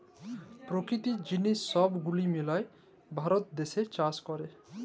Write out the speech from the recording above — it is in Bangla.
পেরাকিতিক জিলিস সহব গুলান মিলায় ভারত দ্যাশে চাষ ক্যরে